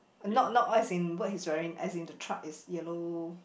not not what he's in what he wearing as in truck is yellow